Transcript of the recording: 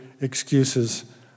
excuses